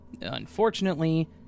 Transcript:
Unfortunately